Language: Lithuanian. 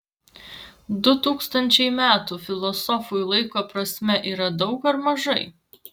du tūkstančiai metų filosofui laiko prasme yra daug ar mažai